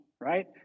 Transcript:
right